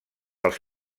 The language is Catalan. els